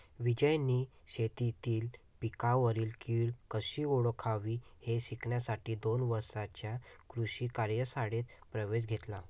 विजयने शेतीतील पिकांवरील कीड कशी ओळखावी हे शिकण्यासाठी दोन दिवसांच्या कृषी कार्यशाळेत प्रवेश घेतला